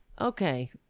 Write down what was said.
okay